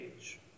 age